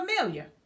familiar